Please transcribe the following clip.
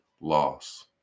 loss